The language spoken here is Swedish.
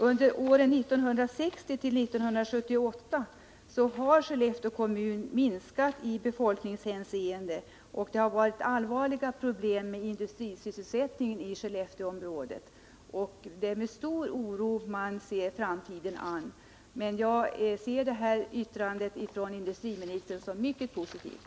Under åren 1960-1978 har Skellefteå kommun minskat befolkningsmässigt med 200 personer. Skellefteåområdet har haft allvarliga problem med industrisysselsättningen. Det är med stor oro man ser framtiden an. Jag uppfattar dock industriministerns uttalande som mycket positivt.